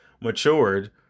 matured